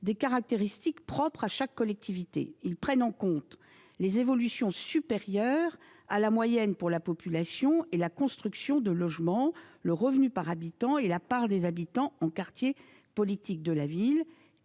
des caractéristiques propres à chaque collectivité. Ils prennent en compte les évolutions supérieures à la moyenne pour la population, la construction de logements, le revenu par habitant, la part des habitants en quartiers relevant de la